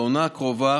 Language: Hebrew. בעונה הקרובה